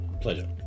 Pleasure